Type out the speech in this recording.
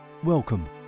Welcome